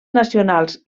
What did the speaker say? nacionals